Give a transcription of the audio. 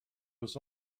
was